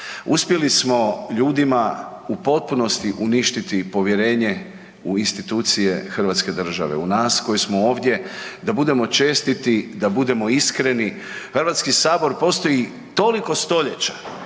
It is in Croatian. Uspjeli smo ljudima u potpunosti uništiti povjerenje u institucije hrvatske države, u nas koji smo ovdje da budemo čestiti, da budemo iskreni. HS postoji toliko stoljeća